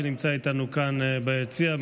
שנמצא איתנו כאן ביציע,